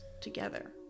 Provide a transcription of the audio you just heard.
together